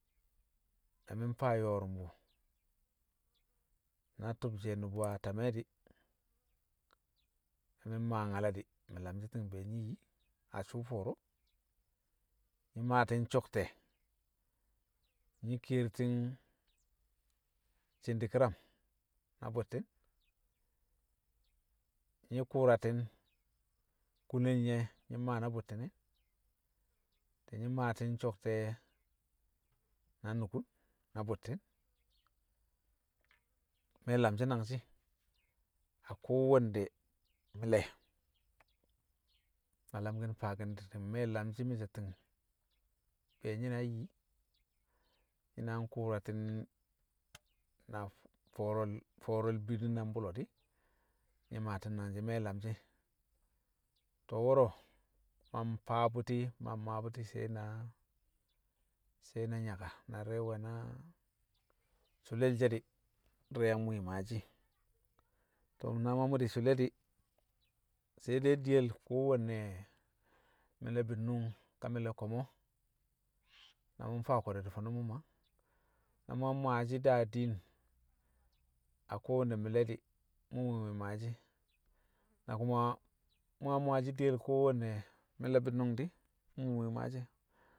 na mi̱ mfaa yo̱o̱rṵmbṵ na ti̱bshe̱ nṵbu̱ a tame̱ di̱, na mi̱ mmaa nyala di̱, mi̱ lanshi̱ ti̱ng be̱ nyi̱ nyi a sṵṵ fo̱o̱ro̱ nyi̱ maati̱n so̱kte̱, nyi̱ kiyertin cindi kiram na bṵtti̱n, nyi̱ ku̱rati̱n kunel nye̱ nyi̱ mmaa na bṵtti̱n e̱ di̱ nyi̱ maati̱n so̱kte̱ na nukun na bṵtti̱n. Me̱ lamshi̱ nangshi̱ a kowanne mi̱le̱. Na lamki̱n nfaaki̱n di̱ ti̱ng me̱ lamshi̱ mi̱ so̱ ti̱ng be̱e̱ nyi̱ na yi, nyi̱ na nkṵṵrati̱n na f- fo̱o̱re̱l- fo̱o̱re̱l bidi na mbṵlo̱ di̱, nyi̱ maati̱n nangshi̱ me̱ lamshi̱. To̱ wo̱ro̱ ma mfaa bu̱ti̱ ma mmaa bṵti̱ sai̱ na, sai̱ na nyaka. Na di̱re̱ mwe̱ na sṵle̱l she̱ di̱ di̱re̱ yang mwi̱i̱ maashi̱, to̱ na ma mṵ di̱ su̱le̱ di̱ sai dai diyel kowanne mi̱le̱ bi̱nnṵng ka mi̱le̱ ko̱mo̱, na mu̱ mfaa ko̱dṵ ẹ di̱ fo̱no̱ mṵ maa. Na mṵ a mmaa shi̱ da diin a kowanne mi̱le̱ di̱, mṵ mwi̱i̱ mwi̱i̱ maashi̱. Na ku̱ma mṵ yang maashi̱ diyel kowannemi̱le̱ bi̱nnṵng di̱ mṵ mwi̱i̱ mwi̱i̱ maashi̱